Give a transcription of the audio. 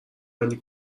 بندی